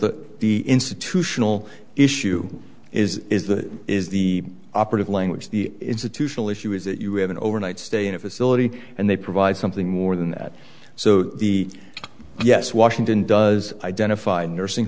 that the institutional issue is is that is the operative language the institutional issue is that you have an overnight stay in a facility and they provide something more than that so the yes washington does identify a nursing